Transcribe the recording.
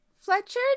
Fletcher